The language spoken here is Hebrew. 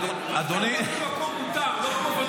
--- במקום מותר, לא כמו ואטורי.